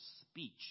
speech